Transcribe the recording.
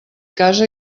casa